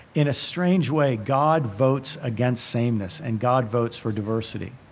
in a strange way, god votes against sameness and god votes for diversity.